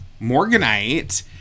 Morganite